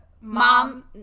Mom